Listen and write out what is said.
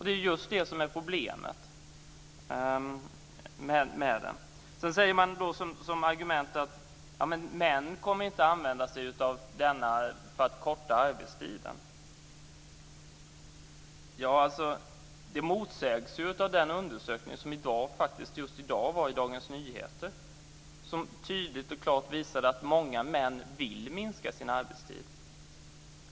Det är just det som är problemet. Sedan säger man som argument att män inte kommer att använda sig av detta för att korta arbetstiden. Det motsägs av den undersökning som faktiskt just i dag fanns i Dagens Nyheter. Den visade klart och tydligt att många män vill minska sin arbetstid.